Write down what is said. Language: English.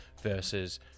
versus